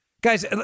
Guys